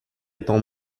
étant